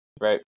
right